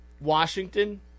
Washington